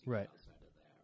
Right